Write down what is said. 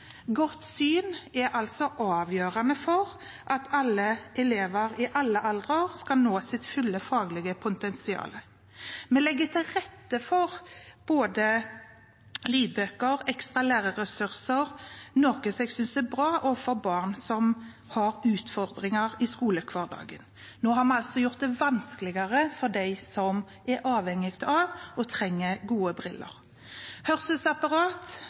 Godt syn er altså avgjørende for at alle elever i alle aldre skal nå sitt fulle faglige potensial. Vi legger til rette for både lydbøker og ekstra lærerressurser, noe jeg synes er bra overfor barn som har utfordringer i skolehverdagen, men nå har vi altså gjort det vanskeligere for dem som er avhengig av og trenger gode briller.